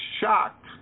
shocked